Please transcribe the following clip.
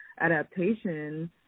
adaptation